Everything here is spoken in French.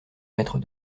maître